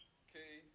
okay